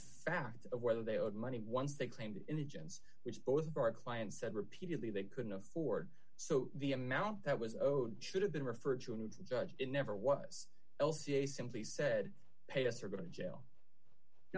fact of whether they owed money once they claimed indigence which both of our clients said repeatedly they couldn't afford so the amount that was owed should have been referred to a new judge it never was l c a simply said pay us are going to jail you